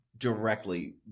Directly